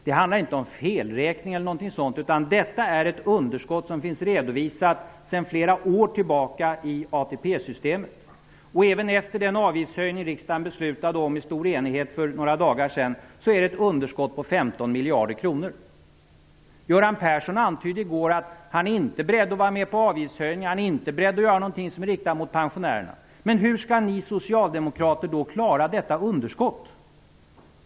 Det handlar inte om felräkning eller någonting sådant. Det är ett underskott som finns redovisat sedan flera år tillbaka i ATP-systemet. Även efter den avgiftshöjning riksdagen beslutade om i stor enighet för några dagar sedan är det ett underskott på 15 miljarder kronor. Göran Persson antydde i går att han inte är beredd att vara med på avgiftshöjningar eller att göra något som är riktat mot pensionärerna. Men hur skall ni socialdemokrater då klara detta underskott?